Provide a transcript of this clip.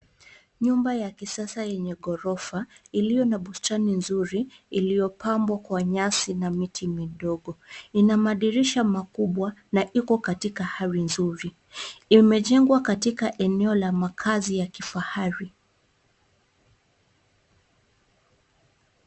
Nyumba ya kisasa yenye ghorofa, iliyo na bustani nzuri, iliyopambwa kwa nyasi na miti midogo. Ina madirisha makubwa na iko katika hali nzuri. Imejengwa katika eneo la makazi ya kifahari.